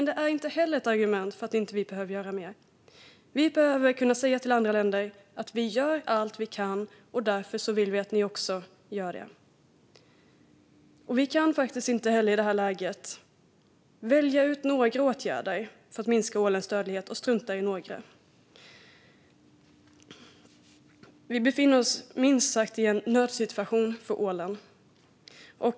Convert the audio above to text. Det är inte heller ett argument för att vi inte behöver göra mer. Vi behöver kunna säga till andra länder: Vi gör allt vi kan. Därför vill vi att ni också gör det. I det här läget kan vi inte heller välja ut några åtgärder för att minska ålens dödlighet och strunta i några andra. Vi befinner oss minst sagt i en nödsituation när det gäller ålen.